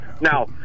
Now